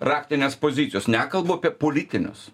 raktinės pozicijos nekalbu apie politinius